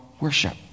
worship